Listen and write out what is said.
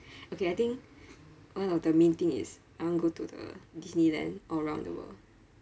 okay I think one of the main thing is I want to go the disneyland all around the world